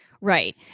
Right